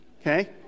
okay